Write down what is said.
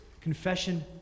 confession